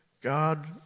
God